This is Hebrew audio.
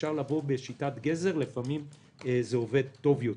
אפשר גם בשיטת הגזר לפעמים זה עובד טוב יותר.